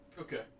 Okay